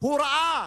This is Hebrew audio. הוא ראה